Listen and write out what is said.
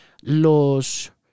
los